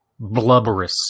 blubberous